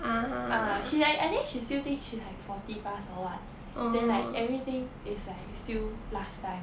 ah she like I think she still think she like forty plus or what then like everything is like still last time